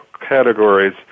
categories